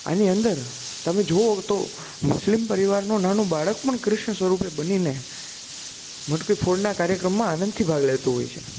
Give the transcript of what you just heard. આની અંદર તમે જુઓ તો મુસ્લિમ પરિવારનું નાનું બાળક પણ કૃષ્ણ સ્વરૂપે બનીને મટકી ફોડના કાર્યક્રમમાં આનંદથી ભાગ લેતું હોય છે